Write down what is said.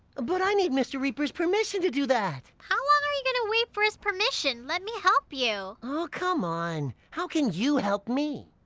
but i need mr. reaper's permission to do that! how long are you gonna wait for his permission? let me help you! oh, come on how can you help me!